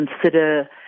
consider